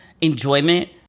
enjoyment